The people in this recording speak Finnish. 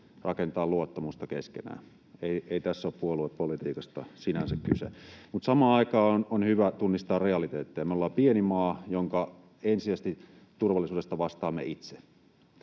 rakentaa luottamusta keskenään. Ei tässä ole sinänsä kyse puoluepolitiikasta. Samaan aikaan on hyvä tunnistaa realiteetteja. Me ollaan pieni maa, jonka turvallisuudesta ensisijaisesti vastaamme itse.